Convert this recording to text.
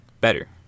Better